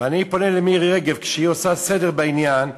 ואני פונה למירי רגב, כשהיא עושה סדר בעניין: